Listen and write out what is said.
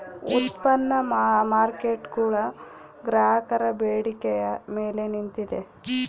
ಉತ್ಪನ್ನ ಮಾರ್ಕೇಟ್ಗುಳು ಗ್ರಾಹಕರ ಬೇಡಿಕೆಯ ಮೇಲೆ ನಿಂತಿದ